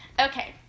Okay